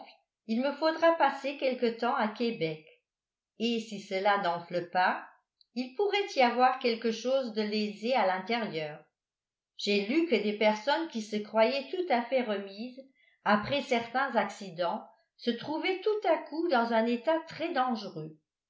il me faudra passer quelque temps à québec et si cela n'enfle pas il pourrait y avoir quelque chose de lésé à l'intérieur j'ai lu que des personnes qui se croyaient tout à fait remises après certains accidents se trouvaient tout à coup dans un état très dangereux